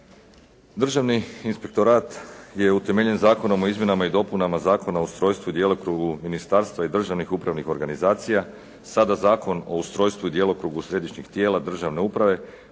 Državni inspektorat je utemeljen Zakonom o izmjenama i dopunama Zakona o ustrojstvu i djelokrugu ministarstva i Državnih upravnih organizacija, sada Zakon o ustrojstvu i djelokrugu središnjih tijela državne uprave,